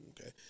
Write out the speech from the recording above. okay